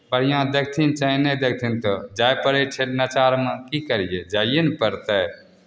बढ़िआँ देखथिन चाहे नहि देखथिन तऽ जाय पड़ै छै लाचारमे की करियै जाइए ने पड़तै